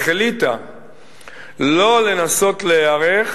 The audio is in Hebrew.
לא לנסות להיערך